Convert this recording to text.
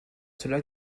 cela